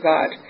God